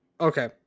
Okay